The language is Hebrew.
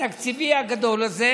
התקציבי הגדול הזה,